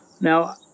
Now